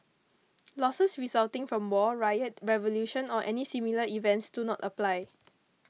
losses resulting from war riot revolution or any similar events do not apply